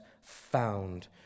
found